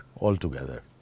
altogether